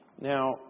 Now